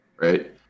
right